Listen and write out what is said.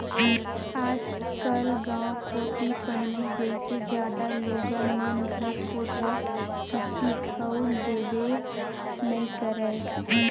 आजकल गाँव कोती पहिली जइसे जादा लोगन मन घर कोठा दिखउल देबे नइ करय